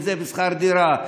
אם זה בשכר דירה,